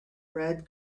red